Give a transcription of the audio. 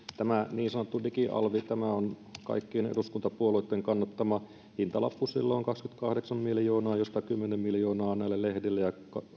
tämä niin sanottu digialvi on kaikkien eduskuntapuolueitten kannattama hintalappu sille on kaksikymmentäkahdeksan miljoonaa josta kymmenen miljoonaa on näille lehdille ja